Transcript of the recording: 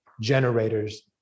generators